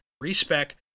respec